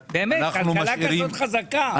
כלכלה כזאת חזקה.